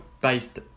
based